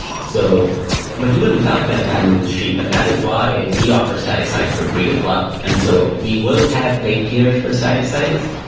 so but even without that bandwidth, that's cheap. and that is why we offer static sites for free as well. and so we will have paid tiers for static sites,